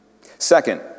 Second